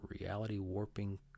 reality-warping